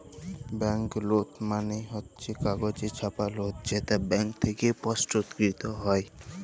bank লোট মালে হচ্ছ কাগজে ছাপা লোট যেটা ব্যাঙ্ক থেক্যে প্রস্তুতকৃত হ্যয়